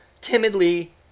timidly